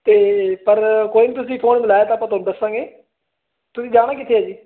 ਅਤੇ ਪਰ ਕੋਈ ਨਹੀਂ ਤੁਸੀਂ ਫੋਨ ਮਿਲਾਇਆ ਤਾਂ ਆਪਾਂ ਤੁਹਾਨੂੰ ਦੱਸਾਂਗੇ ਤੁਸੀਂ ਜਾਣਾ ਕਿੱਥੇ ਆ ਜੀ